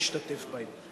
להשתתף בהם.